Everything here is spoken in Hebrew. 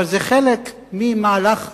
אבל זה חלק ממהלך המלחמה,